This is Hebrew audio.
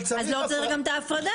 אז לא צריך גם את ההפרדה.